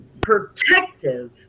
protective